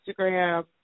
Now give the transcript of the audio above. Instagram